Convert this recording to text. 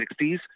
1960s